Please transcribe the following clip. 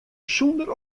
sûnder